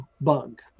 bug